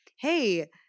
hey